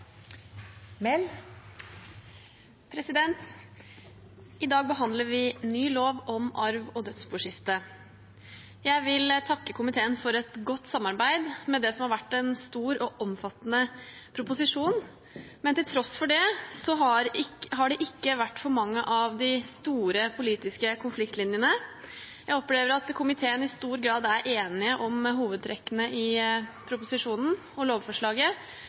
har vært en stor og omfattende proposisjon, men til tross for det har det ikke vært for mange av de store politiske konfliktlinjene. Jeg opplever at komiteen i stor grad er enig om hovedtrekkene i proposisjonen og lovforslaget,